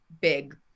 big